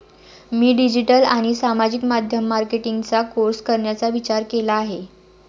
मी digital आणि सामाजिक माध्यम मार्केटिंगचा कोर्स करण्याचा विचार केला आहे